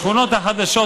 בשכונות החדשות,